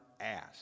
ask